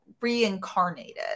reincarnated